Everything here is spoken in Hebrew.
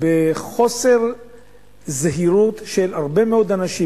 בחוסר זהירות של הרבה מאוד אנשים,